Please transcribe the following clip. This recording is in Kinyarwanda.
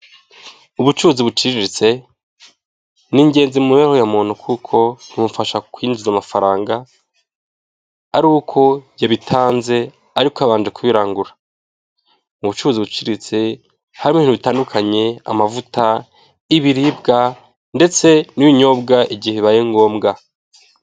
Ubucuruzi buciriritse ni ingenzi mu mibereriya muntu kuko bimufasha kwinjiza amafaranga ari uko yabitanze ariko yabanje kubirangura, umucuruzi uciriritse haba ibintu bitandukanye amavuta y'ibiribwa ndetse n'ibinyobwa igihe bibaye ngombwa.